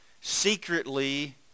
secretly